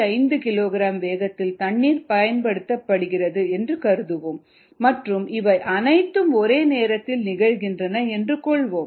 25 kilogram வேகத்தில் தண்ணீர் பயன்படுத்தப்படுகிறது என்று கருதுவோம் மற்றும் இவை அனைத்தும் ஒரே நேரத்தில் நிகழ்கின்றன என்று கொள்வோம்